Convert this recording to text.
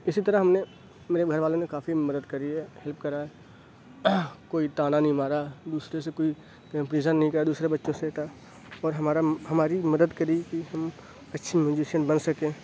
اس طرح ہم نے میرے گھر والوں نے کافی مدد کری ہے ہیلپ کرا ہے کوئی طعنہ نہیں مارا دوسرے سے کوئی کمپیریزن نہیں کیا دوسرے بچوں سے اور ہمارا ہماری مدد کری کہ ہم اچھے میوزیشین بن سکیں